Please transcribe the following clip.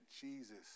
Jesus